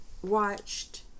watched